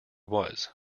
was